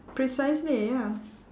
precisely ya